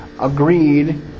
agreed